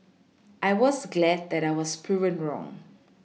I was glad that I was proven wrong